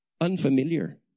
unfamiliar